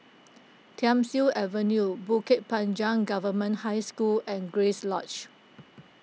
Thiam Siew Avenue Bukit Panjang Government High School and Grace Lodge